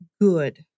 good